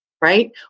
right